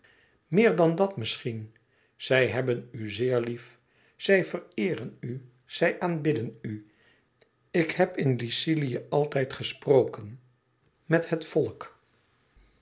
meer dan dat misschien zij hebben u zeer lief zij vereeren u zij aanbidden u ik heb in lycilië altijd gesproken met het volk